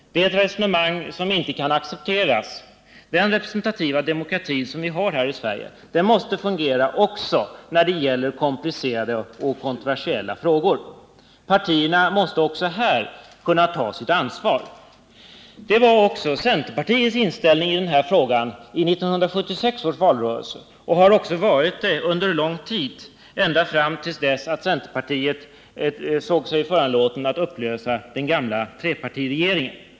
Det är ett resonemang som inte kan accepteras. Den representativa demokrati som vi har i Sverige måste fungera också när det gäller komplicerade och kontroversiella frågor. Partierna måste också här kunna ta sitt ansvar. Det var också centerpartiets inställning i denna fråga i 1976 års valrörelse och har varit så under lång tid, ända fram till dess att centern såg sig föranlåten att upplösa den gamla trepartiregeringen.